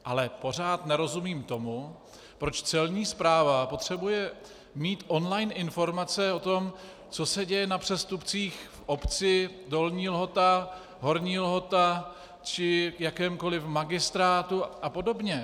Ale pořád nerozumím tomu, proč Celní správa potřebuje mít online informace o tom, co se děje na přestupcích v obci Dolní Lhota, Horní Lhota či v jakémkoliv magistrátu apod.